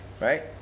right